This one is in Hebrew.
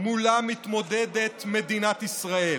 שמולן מתמודדת מדינת ישראל,